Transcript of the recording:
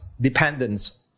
dependence